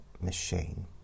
machine